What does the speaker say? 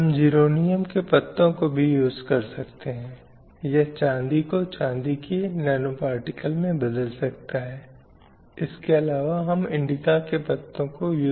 और यह भूमिका निभाना समाज में कैसे हो पाता है इसी को हम कहते हैं कि यह समाजीकरण नामक प्रक्रिया के माध्यम से सीखा जाता है जिसमें लोगों को सामाजिक मानदंडों के अनुसार व्यवहार करना सिखाना शामिल है